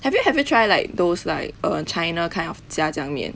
have you have you tried like those like err china kind of jia jiang mian